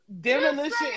demolition